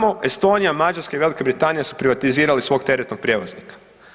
Samo Estonija, Mađarska i Velika Britanija su privatizirali svog teretnog prijevoznika.